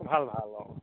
ভাল ভাল অঁ